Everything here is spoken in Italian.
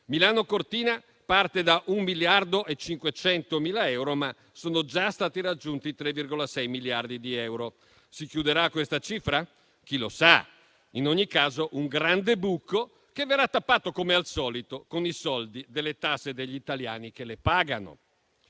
Milano-Cortina parte da un costo di 1,5 miliardi, ma sono già stati raggiunti i 3,6 miliardi di euro. Si chiuderà a questa cifra? Chi lo sa? In ogni caso, questo grande buco verrà tappato, come al solito, con i soldi delle tasse degli italiani che le pagano.